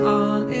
on